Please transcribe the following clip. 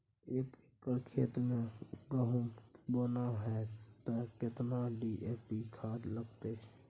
एक एकर खेत मे गहुम बोना है त केतना डी.ए.पी खाद लगतै?